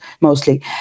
mostly